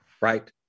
Right